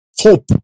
hope